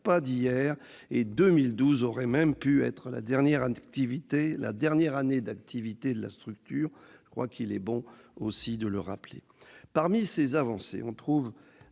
pas d'hier et 2012 aurait pu être la dernière année d'activité de la structure, il est bon de le rappeler ! Parmi ces avancées, on trouve